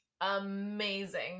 amazing